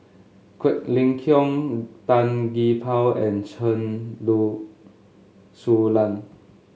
Quek Ling Kiong Tan Gee Paw and Chen Lu Su Lan